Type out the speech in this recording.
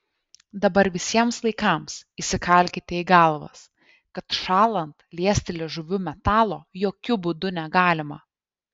dabar visiems laikams įsikalkite į galvas kad šąlant liesti liežuviu metalo jokiu būdu negalima